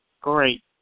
Great